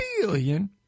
billion